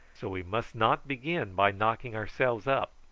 so we must not begin by knocking ourselves up.